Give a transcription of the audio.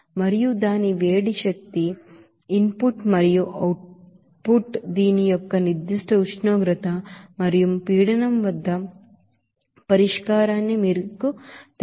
మరియు దాని heat energy input మరియు అవుట్ పుట్ దీని యొక్క నిర్ధిష్ట ఉష్ణోగ్రత మరియు ప్రెషర్ వద్ద పరిష్కారాన్ని మీకు తెలుసు